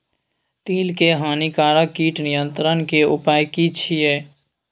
तिल के हानिकारक कीट नियंत्रण के उपाय की छिये?